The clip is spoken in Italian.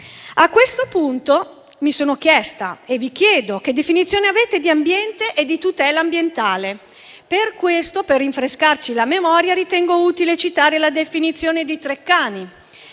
A questo punto mi sono chiesta e vi chiedo che definizione avete di ambiente e di tutela ambientale. Per questo, per rinfrescarci la memoria, ritengo utile citare la definizione di Treccani: